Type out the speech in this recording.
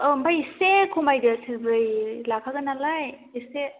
औ ओमफ्राय एसे खमायदो सेरब्रै लाखागोन नालाय एसे